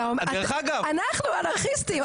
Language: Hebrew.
אנחנו אנרכיסטים,